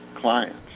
clients